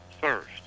first